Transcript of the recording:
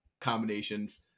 combinations